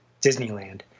Disneyland